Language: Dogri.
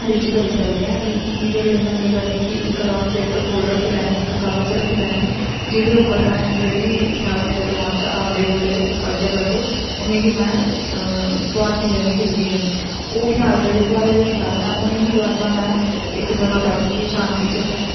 रिच करी सकदे आं ते एह्दे लेई में केह् करनी आं कि इक रफ पेपर कोल रक्खी लैन्नी इक कागज़ कोल रक्खी लैन्नी जेह्दे उप्पर में जेह्ड़े बी ख्याल मेरे दमाक च आंदे ओल्लै पढ़दे पढ़दे उ'नें गी में तोआरदी जन्नी लिखदी जन्नी ओह् ख्याल जेह्ड़े तोआरे दे ख्याल न ओह् उ'नें ई बाद च में इक जगह् बैठिये शांति च